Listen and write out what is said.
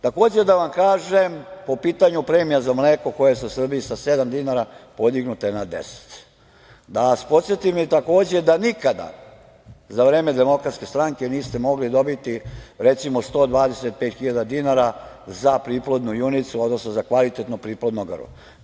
Takođe da vam kažem po pitanju premija za mleko, koje je u Srbiji sa sedam dinara podignuto na 10, da vas podsetim takođe da nikada za vreme DS niste mogli dobiti, recimo, 125.000 dinara za priplodnu junicu, odnosno za kvalitetno priplodno grlo.